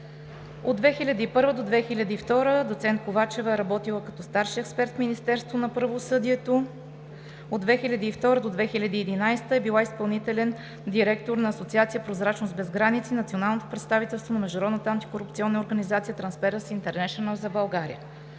От 2001-а до 2002 г. доцент Ковачева е работила като старши експерт в Министерството на правосъдието, от 2002-а до 2011 г. е била изпълнителен директор на Асоциация „Прозрачност без граници“ в националното представителство на Международната антикорупционна организация „Трансперънси интернешънъл“ – България.